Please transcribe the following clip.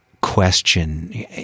question